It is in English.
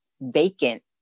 vacant